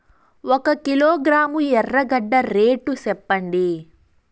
ఒక కిలోగ్రాము ఎర్రగడ్డ రేటు సెప్పండి?